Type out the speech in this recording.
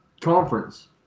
conference